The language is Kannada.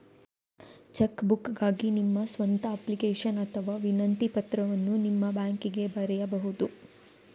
ಚೆಕ್ ಬುಕ್ಗಾಗಿ ನಿಮ್ಮ ಸ್ವಂತ ಅಪ್ಲಿಕೇಶನ್ ಅಥವಾ ವಿನಂತಿ ಪತ್ರವನ್ನು ನಿಮ್ಮ ಬ್ಯಾಂಕಿಗೆ ಬರೆಯಬಹುದು